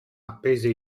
appese